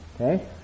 Okay